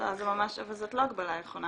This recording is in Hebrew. לא, אבל זו לא הקבלה נכונה.